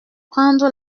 prendre